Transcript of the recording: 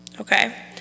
Okay